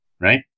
right